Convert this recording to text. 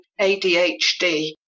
ADHD